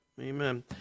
amen